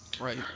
right